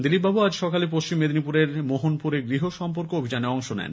দিলীপবাবু আজ সকালে পশ্চিম মেদিনীপুরের মোহনপুরে গৃহ সম্পর্ক অভিযানে অংশ নেন